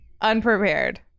unprepared